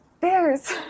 Bears